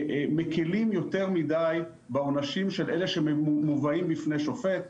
מקלים יותר מידי בעונשים של אלה שמובאים בפני שופט.